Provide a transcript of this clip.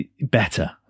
better